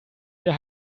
der